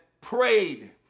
prayed